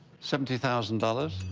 seventy thousand dollars.